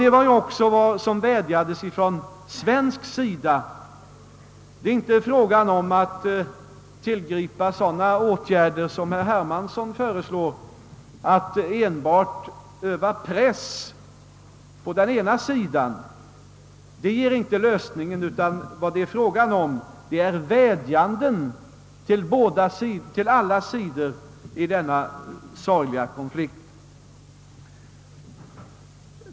Det var alltså vad som vädjades om från svensk sida. Det är inte fråga om att tillgripa sådana åtgärder som herr Hermansson föreslår, alltså att bara öva press på den ena sidan. Det medför inga lösningar. I stället är det fråga om vädjanden till alla sidor i denna sorgliga konflikt.